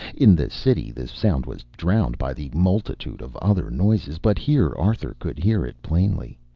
in the city the sound was drowned by the multitude of other noises, but here arthur could hear it plainly.